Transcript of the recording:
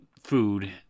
food